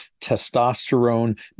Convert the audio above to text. testosterone